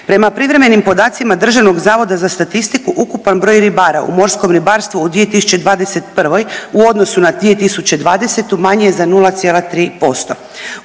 Prema privremenim podacima DZS ukupan broj ribara u morskom ribarstvu u 2021. u odnosu na 2020. manji je za 0,3%.